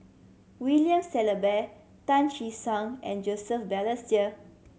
William Shellabear Tan Che Sang and Joseph Balestier